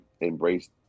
embraced